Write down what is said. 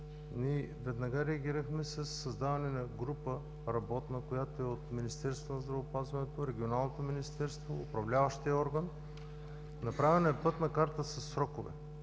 ние веднага реагирахме със създаване на Работна група, която е от Министерството на здравеопазването, Регионалното министерство, Управляващия орган. Направена е Пътна карта със срокове.